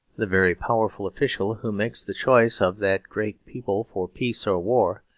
the very powerful official who makes the choice of that great people for peace or war,